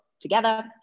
together